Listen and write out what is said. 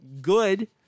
good